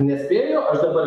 nespėju aš dabar